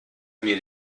mir